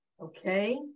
Okay